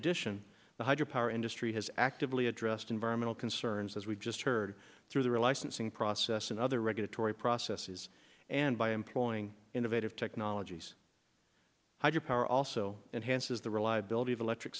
addition the hydro power industry has actively addressed environmental concerns as we just heard through their licensing process and other regulatory processes and by employing innovative technologies hydropower also enhances the reliability of electric